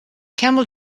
camel